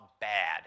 bad